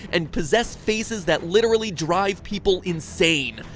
and possess faces that literally drive people insane.